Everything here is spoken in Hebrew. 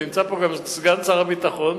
ונמצא פה גם סגן שר הביטחון,